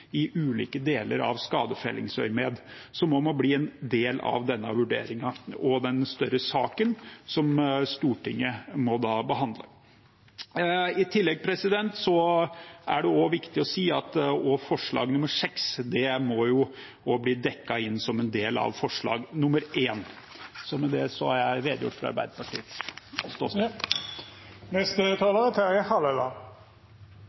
i ulike deler av skadefellingsøyemed, som også må bli en del av denne vurderingen og den større saken som Stortinget da må behandle. I tillegg er det også viktig å si at også forslag nr. 6 må bli dekket inn som en del av forslag nr. 1. – Med dette har jeg redegjort for Arbeiderpartiets